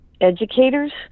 educators